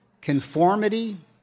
Conformity